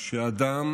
שאדם